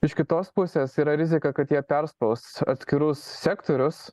iš kitos pusės yra rizika kad jie perspaus atskirus sektorius